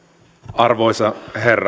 arvoisa